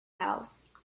house